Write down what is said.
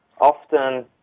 often –